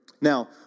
Now